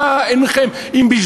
מה אם בשדרות,